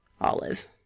Olive